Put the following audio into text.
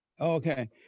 Okay